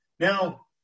Now